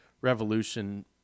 Revolution